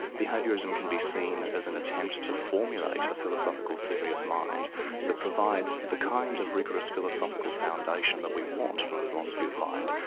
behaviourism can be seen as an attempt to formulate a philosophical theory of mind that provides the kind of rigorous philosophical foundation that we want from a philosophy of mind,